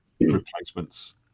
replacements